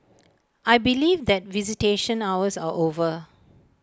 I believe that visitation hours are over